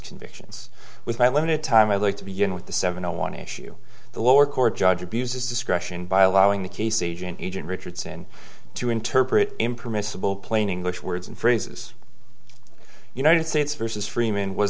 convictions with my limited time i'd like to begin with the seven zero one issue the lower court judge abused his discretion by allowing the case agent agent richardson to interpret impermissible plain english words and phrases united states versus freeman was